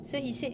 mm